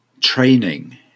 training